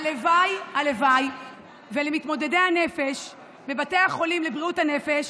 הלוואי שלמתמודדי הנפש בבתי החולים לבריאות הנפש